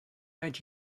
and